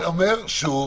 אני אומר שוב,